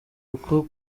kuko